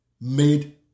made